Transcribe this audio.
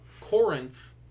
Corinth